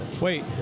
Wait